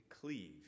cleave